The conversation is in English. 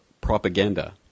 Propaganda